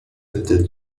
entre